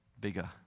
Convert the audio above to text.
Bigger